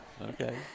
Okay